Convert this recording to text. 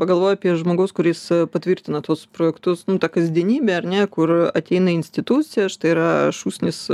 pagalvoju apie žmogaus kuris patvirtina tuos projektus nu tą kasdienybę ar ne kur ateina institucija štai yra šūsnis